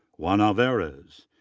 juan alvarez.